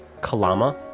Kalama